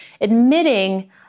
admitting